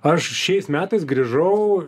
aš šiais metais grįžau